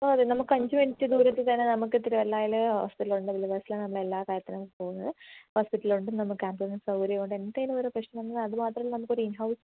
ഓ മതി നമുക്ക് അഞ്ച് മിനുറ്റ് ദൂരത്തിൽ തന്നെ നമുക്ക് തിരുവല്ലയിൽ ഹോസ്പിറ്റൽ ഉണ്ട് നമ്മൾ എല്ലാ കാര്യത്തിനും പോവുന്നത് ഹോസ്പിറ്റൽ ഉണ്ട് നമുക്ക് ആംബുലൻസ് സൗകര്യം ഉണ്ട് എന്തെങ്കിലും ഒരു പ്രശ്നം അത് മാത്രമല്ല നമുക്കൊരു ഇൻ ഹൗസ്